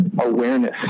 awareness